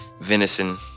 venison